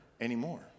anymore